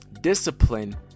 discipline